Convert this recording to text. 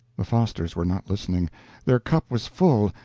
the fosters were not listening their cup was full,